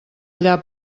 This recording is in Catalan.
allà